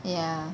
ya